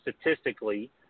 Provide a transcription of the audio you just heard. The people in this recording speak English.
statistically